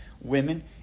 women